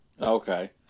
Okay